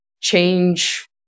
change